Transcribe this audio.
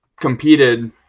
competed